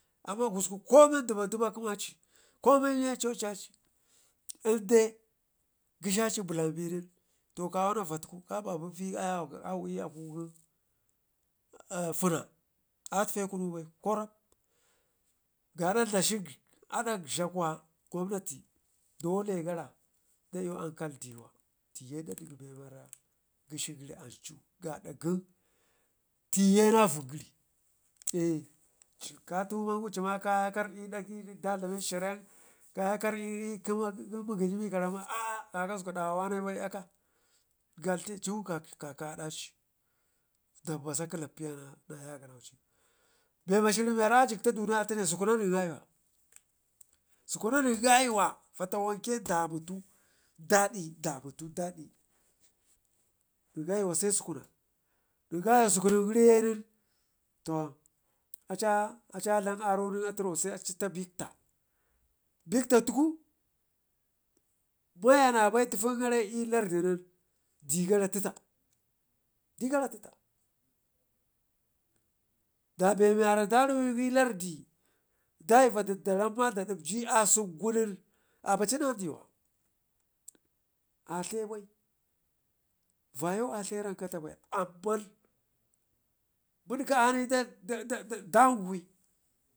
amma komun duba duba kəmaci komin ye cocaci, ln dai ghishaci blan be nen to kawana vatku kababu pii ayawak auu l'aku fina atfekunu bai korab ga ada da shik adak ɗla kuwa gwamnati dole gara dalwe ankal diwa, teye dakyi be miwara ghishigəri an cu gaada gən tiye na uik gəri eh katumangu cima kardi daghi nen dadlameci sherria kaya kanɗi kəma mugghi karau ma aa kakasku ka dawa wane bai l'kun aka gatte ciwun ƙaƙe adaci dam basa klaffiya na ya ganaucin be mashirin wara a jigtak duniya atome sukuna nen gayowa sukuna nen gayəwa, fatawanke damutu da ɗi da mutu da ɗi nen gaiyuwa se sukuna nen gayuwa sukunen gəri yenen to aci a cia dlam aronen ro se da tak bikta, biktatku maya nabai tuten gora l'lardi nen degara tetta degara tetta, ɗabe miware da ruwegun lardi daivadu da romma da da ɗibji asek gun nen abacina diwa adlaiyi bai vayan a dleyi renkata bai amman budka a nii ɗanɗa ɗangwe.